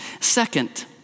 Second